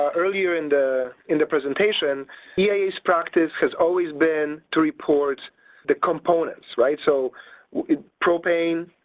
ah earlier in the in the presentation yeah eia's practice has always been to report the components right. so propane,